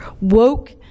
woke